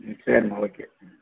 ம் சரிம்மா ஓகே ம்